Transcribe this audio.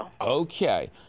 Okay